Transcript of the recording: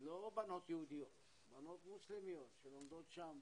לא בנות יהודיות, בנות מוסלמיות שלומדות שם,